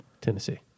Tennessee